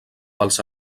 pels